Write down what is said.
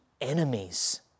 enemies